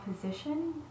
position